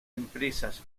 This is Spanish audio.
empresas